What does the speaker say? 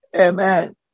Amen